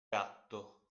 gatto